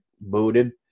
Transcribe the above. booted